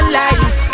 life